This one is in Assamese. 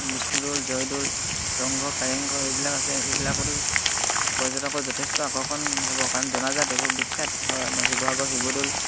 বিষ্ণুদৌল জয়দৌল ৰংঘৰ কাৰেংঘৰ এইবিলাক আছে এইবিলাকতো পৰ্যটকৰ যথেষ্ট আকৰ্ষণ হ'ব কাৰণ জনাজাত এইবোৰ বিখ্যাত হয় আমাৰ শিৱসাগৰ শিৱদৌল